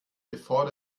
bevor